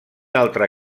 altre